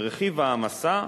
שרכיב ההעמסה,